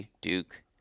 Duke